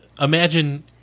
imagine